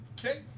Okay